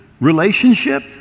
relationship